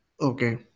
Okay